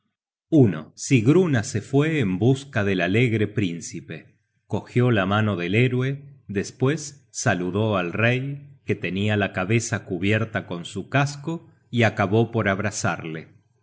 su venida sigruna se fue en busca del alegre príncipe cogió la mano del héroe despues saludó al rey que tenia la cabeza cubierta con su casco y acabó por abrazarle